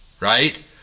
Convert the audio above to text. right